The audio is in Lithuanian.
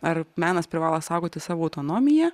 ar menas privalo saugoti savo autonomiją